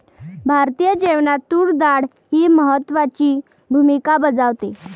भारतीय जेवणात तूर डाळ ही महत्त्वाची भूमिका बजावते